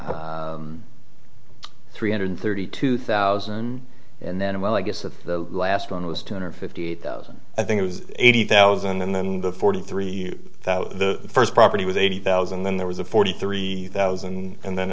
three hundred thirty two thousand and then well i guess the last one was two hundred fifty thousand i think it was eighty thousand and then the forty three the first property was eighty thousand and then there was a forty three thousand and then